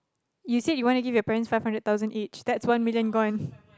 you said you want to give your parent five hundred thousand each that's one million gone